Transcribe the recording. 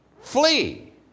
flee